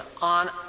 on